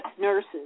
nurses